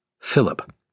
Philip